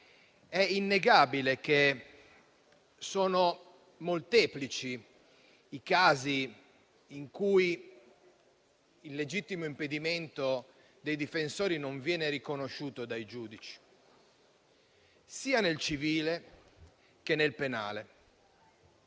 È innegabile che sono molteplici i casi in cui il legittimo impedimento dei difensori non viene riconosciuto dai giudici sia nel civile, che nel penale.